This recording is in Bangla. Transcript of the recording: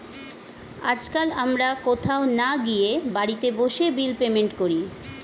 আজকাল আমরা কোথাও না গিয়ে বাড়িতে বসে বিল পেমেন্ট করি